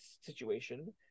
situation